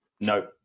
No